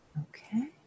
Okay